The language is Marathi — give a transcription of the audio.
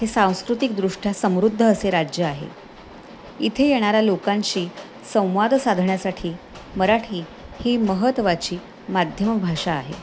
हे सांस्कृतिकदृष्ट्या समृद्ध असे राज्य आहे इथे येणाऱ्या लोकांशी संवाद साधण्यासाठी मराठी ही महत्त्वाची माध्यमभाषा आहे